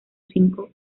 cinco